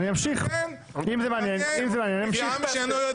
ירדו משם.